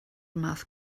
math